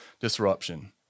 disruption